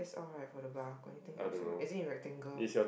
it's alright for the bar got anything else a not it is in rectangle